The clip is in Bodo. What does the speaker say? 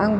आं